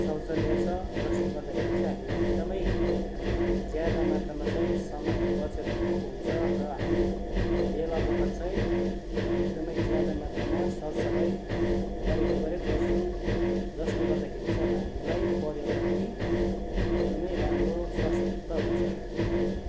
शौचालय छ जसले गर्दाखेरि चाहिँ हामीले एकदमै ज्यादा मात्रमा चाहिँ समयहरू बचत भएको हुन्छ र हामी बेला बखत चाहिँ एकदमै ज्यादा मात्रमा सरसफाइ गरेको गरेकै गर्छौँ जसले गर्दाखेरि चाहिँ अब हामीलाई परिवारमा पनि एकदमै राम्रो स्वास्थ्य हुन्छ